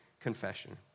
confession